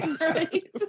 Right